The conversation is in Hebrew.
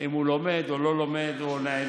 אם הוא לומד או לא לומד או נעדר?